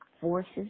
forces